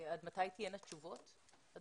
הישיבה ננעלה בשעה 12:10.